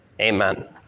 Amen